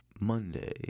Monday